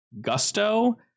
gusto